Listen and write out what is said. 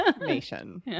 Nation